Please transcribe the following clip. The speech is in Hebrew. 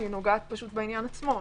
אני נוגעת בעניין עצמו.